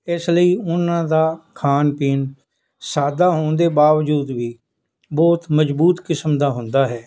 ਇਸ ਲਈ ਉਨ੍ਹਾਂ ਦਾ ਖਾਣ ਪੀਣ ਸਾਦਾ ਹੋਣ ਦੇ ਬਾਵਜੂਦ ਵੀ ਬਹੁਤ ਮਜ਼ਬੂਤ ਕਿਸਮ ਦਾ ਹੁੰਦਾ ਹੈ